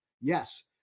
Yes